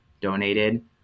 donated